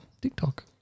TikTok